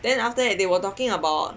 then after that they were talking about